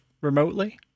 remotely